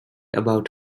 about